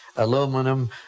Aluminum